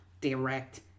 direct